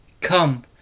Come